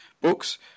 books